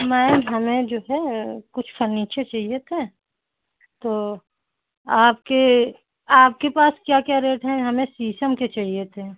ma'am हमें जो है कुछ फर्नीचर था तो आपके आपके पास क्या क्या रेट हैं हमें शीशम के चाहिए थे